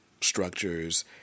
structures